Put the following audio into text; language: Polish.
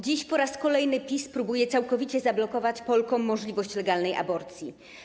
Dziś po raz kolejny PiS próbuje całkowicie zablokować Polkom możliwość legalnej aborcji.